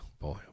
boy